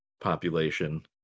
population